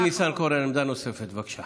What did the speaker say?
אבי ניסנקורן, עמדה נוספת, בבקשה.